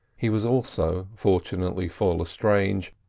he was also, fortunately for lestrange,